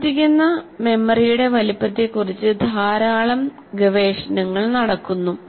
പ്രവർത്തിക്കുന്ന മെമ്മറിയുടെ വലുപ്പത്തെക്കുറിച്ച് ധാരാളം ഗവേഷണങ്ങൾ നടക്കുന്നു